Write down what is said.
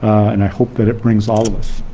and i hope that it brings all of us